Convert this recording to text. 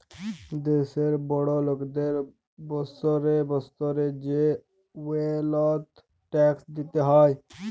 দ্যাশের বড় লকদের বসরে বসরে যে ওয়েলথ ট্যাক্স দিতে হ্যয়